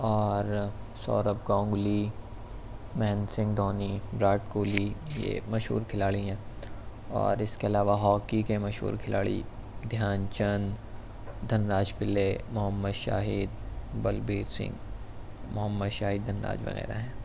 اور سوربھ گانگولی مہندر سنگھ دھونی وراٹ کوہلی یہ مشہور کھلاڑی ہیں اور اس کے علاوہ ہاکی کے مشہور کھلاڑی دھیان چند دھن راج پلے محمد شاہد بلبیر سنگھ محمد شاہد دھن راج وغیرہ ہیں